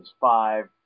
five